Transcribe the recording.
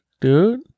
dude